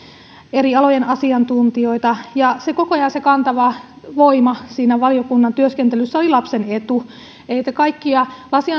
eri alojen asiantuntijoita koko ajan se kantava voima siinä valiokunnan työskentelyssä oli lapsen etu elikkä kaikkia